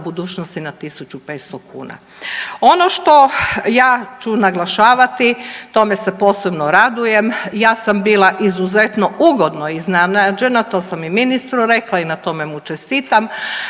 budućnosti na 1.500 kuna. Ono što ja ću naglašavati i tome se posebno radujem, ja sam bila izuzetno ugodno iznenađena, to sam i ministru rekla i na tome mu čestitam,